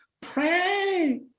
Pray